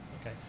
Okay